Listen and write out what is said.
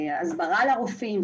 בהסברה לרופאים,